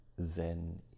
Zen